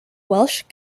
welsh